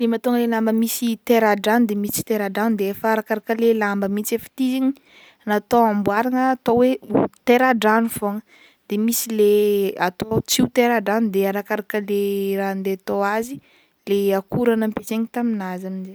Ny mahatônga ny lamba misy tera-drano de misy tsy tera-drano de efa arakaraka an'le lamba mihitsy efa ty zaigny natao amboaragna atao hoe tera-drano fogna de de misy le atao tsy ho tera-drano de arakaraka le raha andeha atao azy le akora nampiasaigny taminazy.